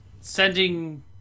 Sending